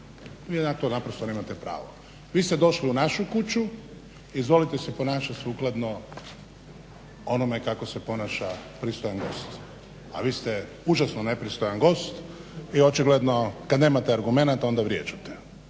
vi na to naprosto nemate pravo. Vi ste došli u našu kuću, izvolite se ponašat sukladno onome kako se ponaša pristojan gost, a vi ste užasno nepristojan gost i očigledno kad nemate argumenata onda vrijeđate